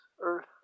earth